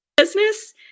Business